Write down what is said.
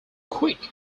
quick